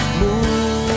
move